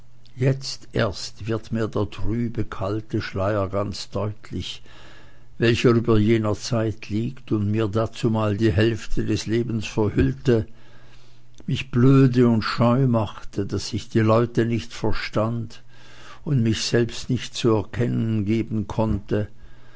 jetzt erst wird mir der trübe kalte schleier ganz deutlich welcher über jener zeit liegt und mir dazumal die hälfte des lebens verhüllte mich blöde und scheu machte daß ich die leute nicht verstand und mich selbst nicht zu erkennen geben konnte